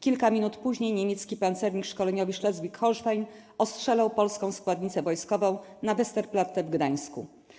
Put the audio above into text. Kilka minut później niemiecki pancernik szkoleniowy 'Schleswig-Holstein' ostrzelał polską składnicę wojskową na Westerplatte w Gdańsku.